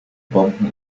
bomben